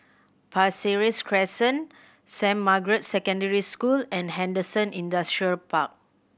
Pasir Ris Crest Saint Margaret's Secondary School and Henderson Industrial Park